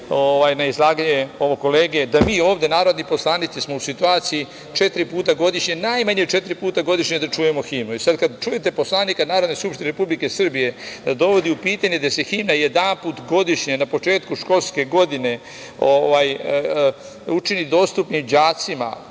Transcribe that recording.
na izlaganje kolege, da mi ovde narodni poslanici smo u situaciji četiri puta godišnje, najmanje četiri puta godišnje da čujemo himnu. I sada, kada čujete poslanika Narodne skupštine Republike Srbije da dovodi u pitanje da se himna jedanput godišnje na početku školske godine učini dostupnim đacima